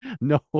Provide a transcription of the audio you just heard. no